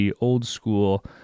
old-school